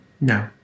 No